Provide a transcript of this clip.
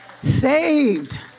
saved